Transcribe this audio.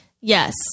Yes